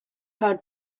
her